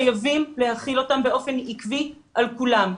חייבים להחיל אותם באופן עקבי על כולם.